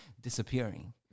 disappearing